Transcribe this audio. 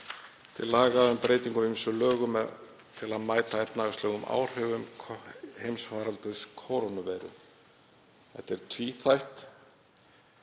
til laga um breytingu á ýmsum lögum til að mæta efnahagslegum áhrifum heimsfaraldurs kórónuveiru. Þetta er tvíþætt.